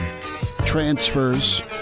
transfers